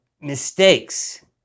mistakes